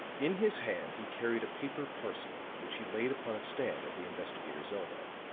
in his hand he carried a paper parcel which he laid upon a stand at the investigator's elbow.